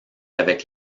avec